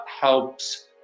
helps